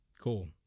Cool